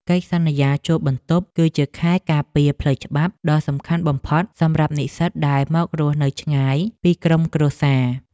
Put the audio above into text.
កិច្ចសន្យាជួលបន្ទប់គឺជាខែលការពារផ្លូវច្បាប់ដ៏សំខាន់បំផុតសម្រាប់និស្សិតដែលមករស់នៅឆ្ងាយពីក្រុមគ្រួសារ។